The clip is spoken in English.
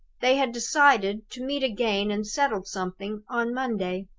they had decided to meet again and settle something on monday.